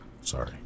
Sorry